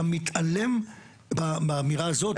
אתה מתעלם מהאמירה הזאת נכון?